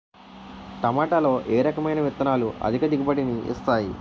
టమాటాలో ఏ రకమైన విత్తనాలు అధిక దిగుబడిని ఇస్తాయి